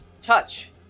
touch